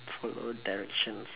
follow directions